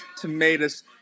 tomatoes